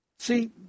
See